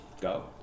go